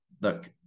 look